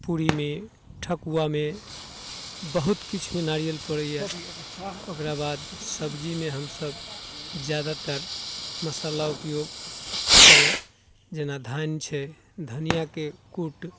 पूरीमे ठकुआमे बहुत किछुमे नारियल पड़ैया ओकरा बाद सब्जीमे हमसभ जादातर मसाला उपयोग कयलहुँ जेना धनि छै धनियाके कूट